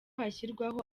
hashyirwaho